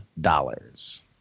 dollars